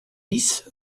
dix